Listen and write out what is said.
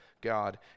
God